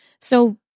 So-